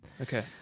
Okay